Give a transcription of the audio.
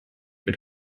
mit